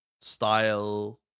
style